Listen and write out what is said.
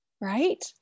right